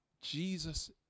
Jesus